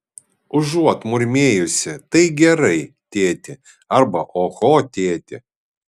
užuot murmėjusi tai gerai tėti arba oho tėti